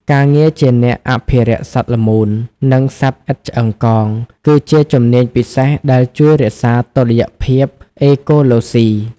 ការងារជាអ្នកអភិរក្សសត្វល្មូន និងសត្វឥតឆ្អឹងកង គឺជាជំនាញពិសេសដែលជួយរក្សាតុល្យភាពអេកូឡូស៊ី។